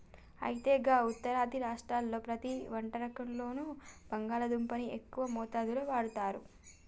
అయితే గా ఉత్తరాది రాష్ట్రాల్లో ప్రతి వంటకంలోనూ బంగాళాదుంపని ఎక్కువ మోతాదులో వాడుతారు